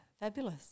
fabulous